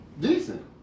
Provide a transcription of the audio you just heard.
decent